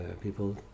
people